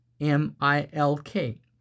M-I-L-K